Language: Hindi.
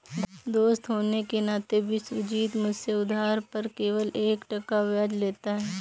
दोस्त होने के नाते विश्वजीत मुझसे उधार पर केवल एक टका ब्याज लेता है